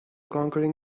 conquering